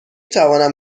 توانم